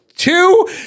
Two